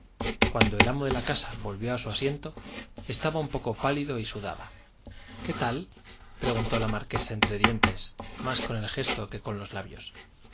cuando el amo de la casa volvió a su asiento estaba un poco pálido y sudaba qué tal preguntó la marquesa entre dientes más con el gesto que con los labios